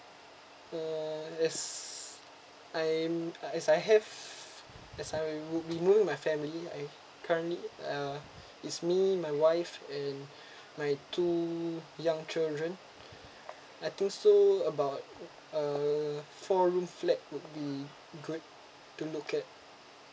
uh as I'm as I have as I would be moving with my family I currently uh it's me my wife and my two young children I think so about uh four room flat would be good to look at